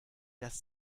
das